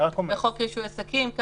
מחוק רישוי עסקים.